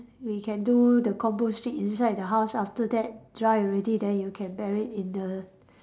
we can do the composting inside the house ah after that dry already then you can bury in the